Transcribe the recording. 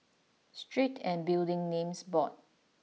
Street and Building Names Board